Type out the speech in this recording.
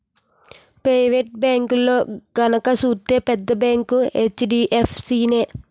private బేంకుల్లో గనక సూత్తే పెద్ద బేంకు హెచ్.డి.ఎఫ్.సి నే